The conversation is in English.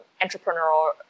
entrepreneurial